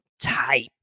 type